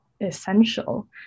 essential